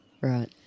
Right